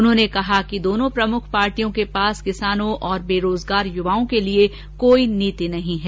उन्होंने कहा कि दोनों प्रमुख पार्टियों के पास किसानों और बेरोजगार युवाओं के लिए कोई नीति नहीं है